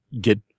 get